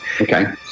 Okay